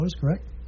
correct